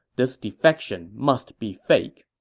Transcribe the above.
this defection must be fake.